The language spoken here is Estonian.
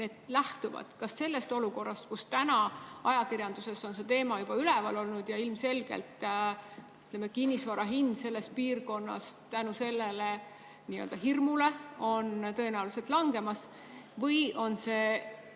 need lähtuvad? Kas sellest olukorrast, nagu ajakirjanduses on see teema juba üleval olnud, et ilmselgelt kinnisvara hind selles piirkonnas selle hirmu tõttu on tõenäoliselt langemas, või on